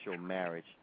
marriage